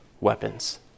weapons